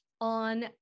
on